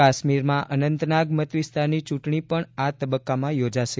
કાશ્મીરમાં અનંતનાગ મતવિસ્તારની ચૂંટણી પણ આ તબક્કામાં યોજાશે